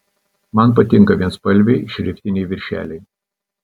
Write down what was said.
man patinka vienspalviai šriftiniai viršeliai